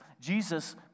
Jesus